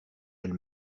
elle